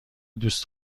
دوست